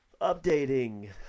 updating